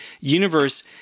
universe